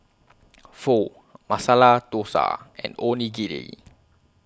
Pho Masala Dosa and Onigiri